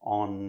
on